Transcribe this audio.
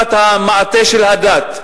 המעטה של הדת.